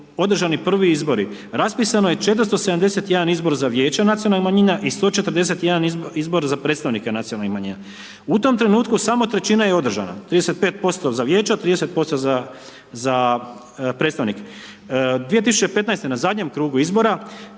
održani prvi izbori raspisan je 471 izbor za Vijeće nacionalnih manjina i 141 izbor za predstavnike nacionalnih manjina, u tom trenutku samo trećina je održana, 35% za vijeća, 30% za, za predstavnike. 2015. na zadnjem krugu izbora